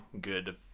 good